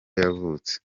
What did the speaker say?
yavutse